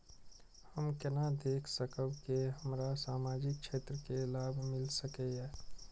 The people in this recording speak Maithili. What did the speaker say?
हम केना देख सकब के हमरा सामाजिक क्षेत्र के लाभ मिल सकैये?